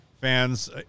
fans